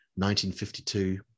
1952